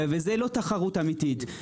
וזה לא תחרות אמיתית.